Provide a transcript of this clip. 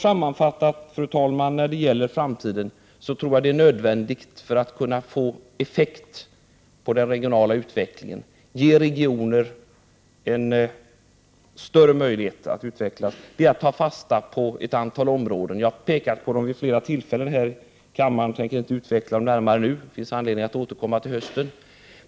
Sammanfattningsvis, fru talman, när det gäller framtiden tror jag att det är nödvändigt för att ge regionerna en större möjlighet att utvecklas att man tar fasta på ett antal områden. Jag har pekat på dem vid flera tillfällen här i kammaren, och jag tänker inte utveckla dem närmare nu. Det finns anledning att återkomma till hösten.